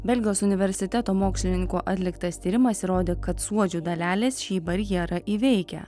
belgijos universiteto mokslininkų atliktas tyrimas įrodė kad suodžių dalelės šį barjerą įveikia